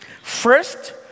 First